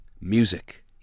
music